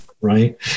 right